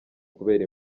kubera